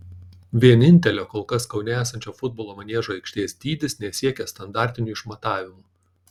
vienintelio kol kas kaune esančio futbolo maniežo aikštės dydis nesiekia standartinių išmatavimų